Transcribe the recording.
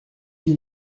you